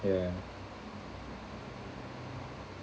ya